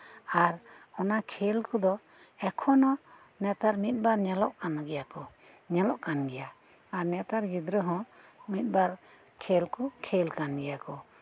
ᱟᱨ ᱚᱱᱟ ᱠᱷᱮᱹᱞ ᱠᱚᱫᱚ ᱮᱠᱷᱚᱱᱚ ᱱᱮᱛᱟᱨ ᱢᱤᱫᱼᱵᱟᱨ ᱧᱮᱞᱚᱜ ᱠᱟᱱ ᱜᱮᱭᱟ ᱠᱚ ᱧᱮᱞᱚᱜ ᱠᱟᱱ ᱜᱮᱭᱟ ᱟᱨ ᱱᱮᱛᱟᱨ ᱜᱤᱫᱽᱨᱟᱹ ᱦᱚᱸ ᱢᱤᱫᱼᱵᱟᱨ ᱠᱷᱮᱹᱞ ᱠᱚ ᱠᱷᱮᱹᱞ ᱠᱟᱱ ᱜᱮᱭᱟ ᱠᱚ